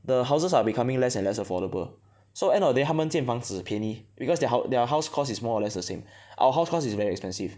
the houses are becoming less and less affordable so end of the day 他们建房子便宜 because their hou~ their house cost is more or less the same our house cost is very expensive